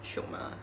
shiok mah